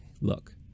look